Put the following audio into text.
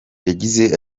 yagize